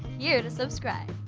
here to subscribe.